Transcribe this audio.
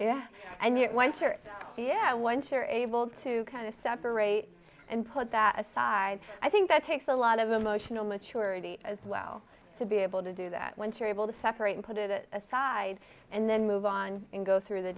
sure yeah one chair able to kind of separate and put that aside i think that takes a lot of emotional maturity as well to be able to do that once your able to separate put it aside and then move on and go through the